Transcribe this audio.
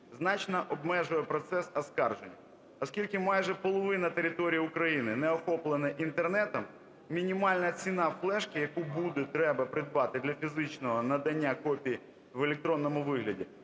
значно обмежує процес оскаржень. Оскільки майже половина території України не охоплена Інтернетом, мінімальна ціна флешки, яку буде треба придбати для фізичного надання копій в електронному вигляді,